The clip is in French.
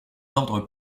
ordres